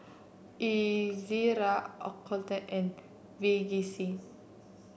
Ezerra Ocuvite and Vagisil